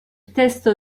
testo